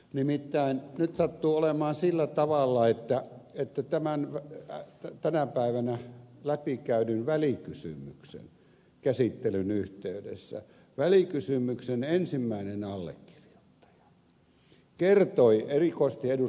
nimittäin nyt sattuu olemaan sillä tavalla että tämän tänä päivänä läpikäydyn välikysymyksen käsittelyn yhteydessä välikysymyksen ensimmäinen allekirjoittaja kertoi erikoisesti ed